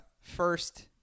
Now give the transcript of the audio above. first